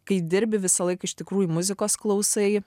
kai dirbi visąlaik iš tikrųjų muzikos klausai